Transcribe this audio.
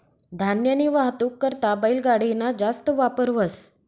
धान्यनी वाहतूक करता बैलगाडी ना जास्त वापर व्हस